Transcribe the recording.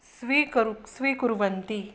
स्वीकुरु स्वीकुर्वन्ति